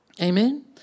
Amen